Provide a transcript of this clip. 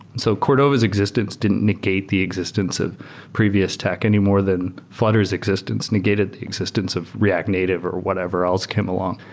so cordova's existence didn't negate the existence of previous tech, any more than flutter s existence negated the existence of react native, or whatever else came along.